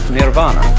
Nirvana